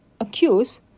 accuse